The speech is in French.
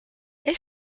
est